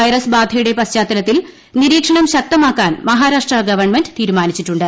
virus ബാധയുടെ പശ്ചാത്തലത്തിൽ നിരീക്ഷണം ശക്തമാക്കാൻ മഹാരാഷ്ട്ര ഗവൺമെന്റ് തീരുമാനിച്ചിട്ടുണ്ട്